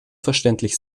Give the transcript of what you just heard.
verständlich